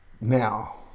now